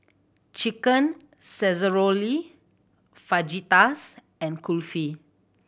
Chicken Casserole Fajitas and Kulfi